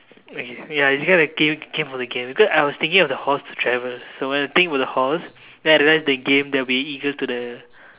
okay ya because it came came from the game then because I was thinking of the horse to travel so when I think about the horse then I realized the game there will be an eagle to the